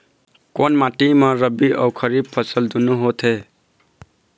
कोन माटी म रबी अऊ खरीफ फसल दूनों होत हे?